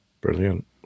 Brilliant